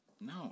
No